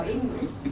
English